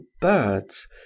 birds